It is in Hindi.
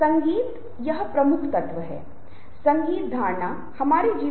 अब सुनने की प्रासंगिकता पहली बात है जो हम करने जा रहे हैं